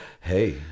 hey